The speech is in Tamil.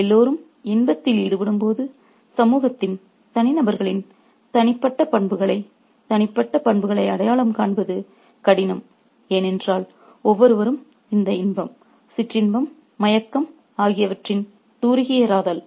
எல்லோரும் இன்பத்தில் ஈடுபடும்போது சமூகத்தின் தனிநபர்களின் தனிப்பட்ட பண்புகளை தனிப்பட்ட பண்புகளை அடையாளம் காண்பது கடினம் ஏனென்றால் ஒவ்வொருவரும் இந்த இன்பம் சிற்றின்பம் மயக்கம் ஆகியவற்றின் தூரிகையாரதல்